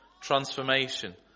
transformation